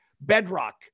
bedrock